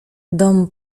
dom